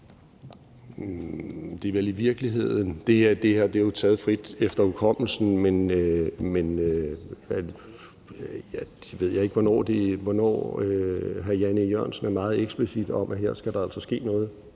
(Nick Hækkerup): Det her er taget frit efter hukommelsen – jeg ved ikke, hvornår hr. Jan E. Jørgensen er meget eksplicit om, at her skal der altså ske noget.